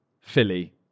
Philly